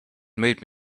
made